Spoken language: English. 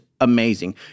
amazing